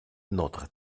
notre